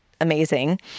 amazing